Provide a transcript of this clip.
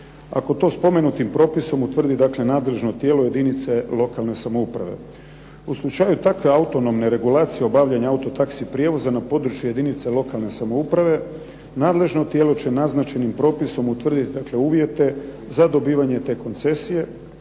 Ako to spomenutim propisom utvrdi dakle nadležno tijelo jedinice lokalne samouprave. U slučaju takve autonomne regulacije obavljanja auto taxi prijevoza na području jedinice lokalne samouprave nadležno tijelo će naznačenim propisom utvrditi dakle uvjete za dobivanje te koncesije,